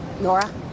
Nora